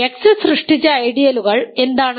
X സൃഷ്ടിച്ച ഐഡിയലുകൾ എന്താണ്